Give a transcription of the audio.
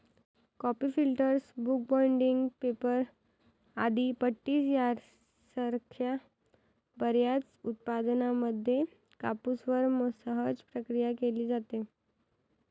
coffee filters, book binding, paper आणि पट्टी यासारख्या बर्याच उत्पादनांमध्ये कापूसवर सहज प्रक्रिया केली जाते